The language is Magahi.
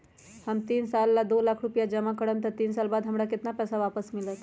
हम तीन साल ला दो लाख रूपैया जमा करम त तीन साल बाद हमरा केतना पैसा वापस मिलत?